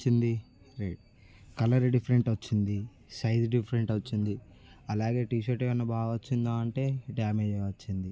వచ్చింది red colour colour different వచ్చింది size different వచ్చింది అలాగే టీషర్ట్ ఏమన్నా బాగా వచ్చిందా అంటే డామేజ్గా వచ్చింది